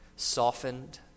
softened